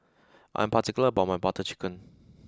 I'm particular about my Butter Chicken